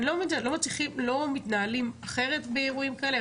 אני לא מבינה, לא מתנהלים אחרת באירועים כאלה?